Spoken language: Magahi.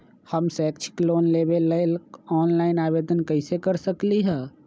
हम शैक्षिक लोन लेबे लेल ऑनलाइन आवेदन कैसे कर सकली ह?